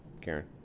Karen